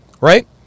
right